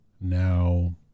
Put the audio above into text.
now